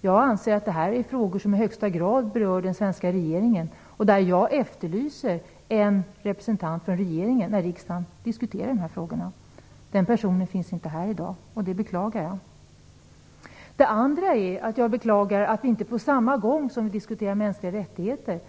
Jag anser att det här är frågor som i högsta grad berör den svenska regeringen, och jag efterlyser en representant för regeringen när riksdagen diskuterar dessa frågor. Den personen finns inte här i dag, och det beklagar jag. Det andra jag saknar i dag är en debatt om ett annat betänkande, nämligen det som handlar om krigsmateriel.